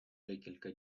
декілька